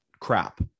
crap